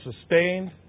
sustained